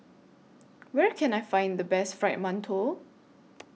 Where Can I Find The Best Fried mantou